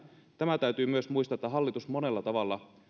tämä täytyy myös muistaa että hallitus monella tavalla